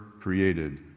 created